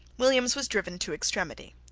williams was driven to extremity.